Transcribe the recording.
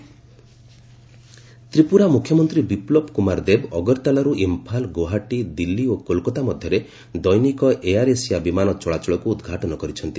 Tripura flight Tripura ମୁଖ୍ୟମନ୍ତ୍ରୀ ବିପ୍ଳବ କୁମାର ଦେବ ଅଗରତାଲାରୁ ଇମ୍ଫାଲ ଗୁଆହାଟୀ ଦିଲ୍ଲୀ ଓ କୋଲକାତା ମଧ୍ୟରେ ଦୈନିକ ଏୟାର ଏସିଆ ବିମାନ ଚଳାଚଳକୁ ଉଦ୍ଘାଟନ କରିଛନ୍ତି